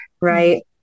Right